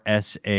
SA